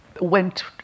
went